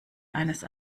eines